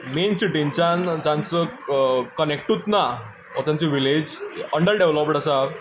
main सिटीनच्यान जांचो कनेक्टूच ना ओर तांची व्हिलेज अंडरडेव्हलप्ड आसा